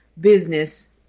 business